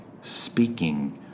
speaking